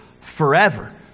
forever